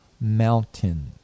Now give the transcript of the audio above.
mountain